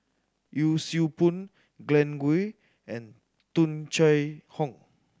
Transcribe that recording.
Yee Siew Pun Glen Goei and Tung Chye Hong